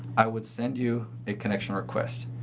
i would send you a connection request.